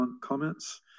comments